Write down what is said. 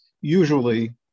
usually